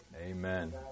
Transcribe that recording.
Amen